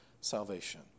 salvation